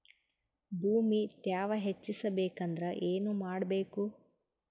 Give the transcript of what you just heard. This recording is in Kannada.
ಭೂಮಿ ತ್ಯಾವ ಹೆಚ್ಚೆಸಬೇಕಂದ್ರ ಏನು ಮಾಡ್ಬೇಕು?